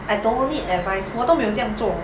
I don't need advice 我都没有这样做